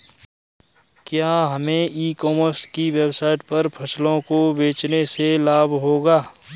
क्या हमें e commerce की वेबसाइट पर फसलों को बेचने से लाभ होगा?